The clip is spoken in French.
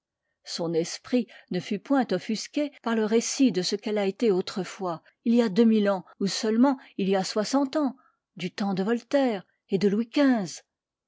son esprit ne fut point offusqué par le récit de ce qu'elle a été autrefois il y a deux mille ans ou seulement il y a soixante ans du temps de voltaire et de louis